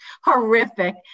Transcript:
horrific